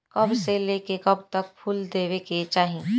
कब से लेके कब तक फुल देवे के चाही?